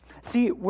See